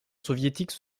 soviétique